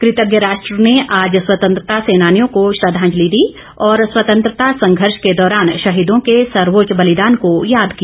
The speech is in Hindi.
कृतज्ञ राष्ट्र ने आज स्वतंत्रता सेनानियों को श्रद्धांजलि दी और स्वतंत्रता संघर्ष के दौरान शहीदों के सर्वोच्च बलिदान को याद किया